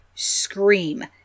scream